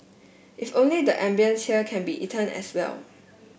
if only the ambience here can be eaten as well